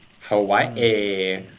Hawaii